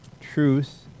truth